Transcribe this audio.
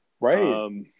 Right